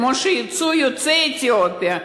כמו שיצאו יוצאי אתיופיה,